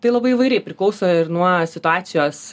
tai labai įvairiai priklauso ir nuo situacijos